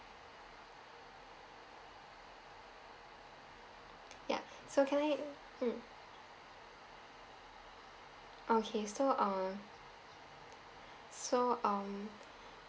yup so can I hmm okay so uh so um